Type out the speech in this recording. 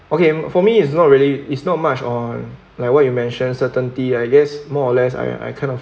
okay for me it's not really it's not much on like what you mention certainty I guess more or less I I kind of